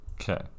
Okay